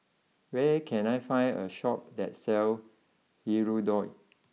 where can I find a Shop that sells Hirudoid